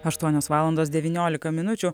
aštuonios valandos devyniolika minučių